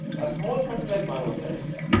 a small country like bangladesh,